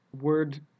word